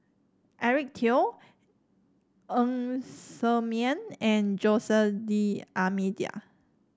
Eric Teo Ng Ser Miang and Jose D'Almeida